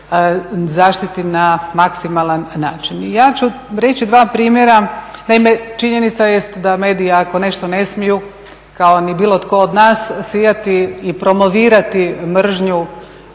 zaštiti na maksimalan način. Ja ću reći dva primjera, naime činjenica jest da mediji ako nešto ne smiju, kao ni bilo tko od nas, sijati i promovirati mržnju,